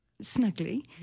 snugly